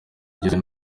igizwe